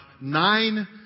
nine